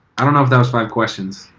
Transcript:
i don't know if that was five questions.